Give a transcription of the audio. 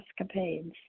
escapades